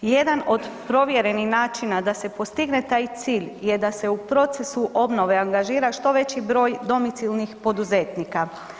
Jedan od provjerenih načina da se postigne taj cilj je da se u procesu obnove angažira što veći broj domicilnih poduzetnika.